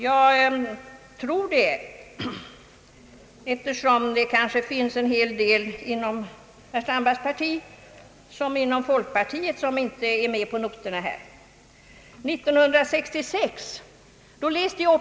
Herr Strandberg vet väldigt mycket om teknik. Det gör inte jag.